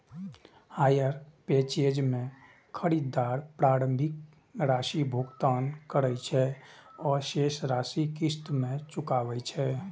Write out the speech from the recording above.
hire purchase मे खरीदार प्रारंभिक राशिक भुगतान करै छै आ शेष राशि किस्त मे चुकाबै छै